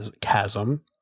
chasm